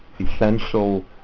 essential